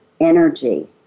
energy